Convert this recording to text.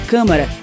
Câmara